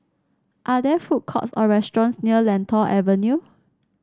are there food courts or restaurants near Lentor Avenue